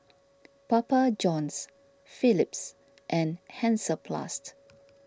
Papa Johns Philips and Hansaplast